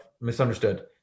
misunderstood